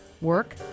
work